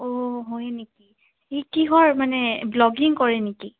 অঁ হয় নেকি সি কিহৰ মানে ব্লগিং কৰে নেকি